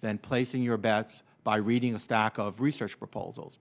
than placing your bets by reading a stack of research proposals